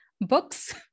books